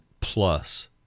Plus